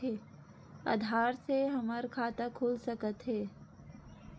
आधार से हमर खाता खुल सकत हे?